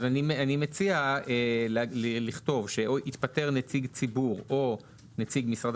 אני מציע לכתוב שהתפטר נציג ציבור או נציג משרד